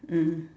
mm